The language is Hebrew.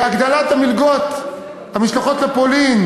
הגדלת מלגות למשלחות לפולין,